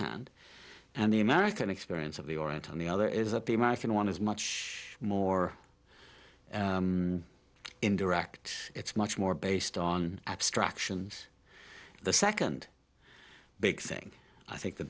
hand and the american experience of the orient on the other is that the american one is much more indirect it's much more based on abstractions the second big thing i think the